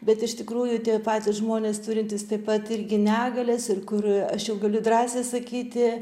bet iš tikrųjų tie patys žmonės turintys taip pat irgi negalias ir kur aš jau gali drąsiai sakyti